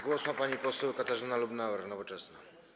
Głos ma pani poseł Katarzyna Lubnauer, Nowoczesna.